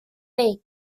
kabel